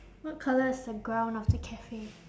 what colour is the ground of the cafe